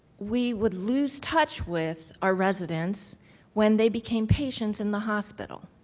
we would lose touch with our residents when they became patients in the hospital.